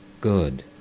good